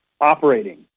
operating